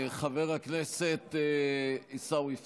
חבר הכנסת עיסאווי פריג',